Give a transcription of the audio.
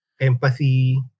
empathy